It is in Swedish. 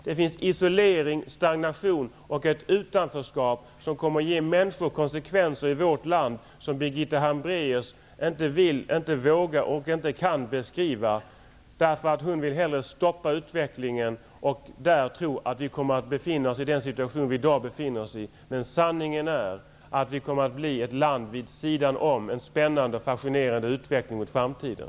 Det finns isolering, stagnation och ett utanförskap, som för människorna i vårt land kommer att innebära konsekvenser som Birgitta Hambraeus inte vill, inte vågar och inte kan beskriva. Hon vill hellre stoppa utvecklingen och tro att vi på så sätt kommer att fortsätta att befinna oss i den situation som vi i dag befinner oss i. Sanningen är att vi kommer att bli ett land vid sidan av en spännande och fascinerande utveckling mot framtiden.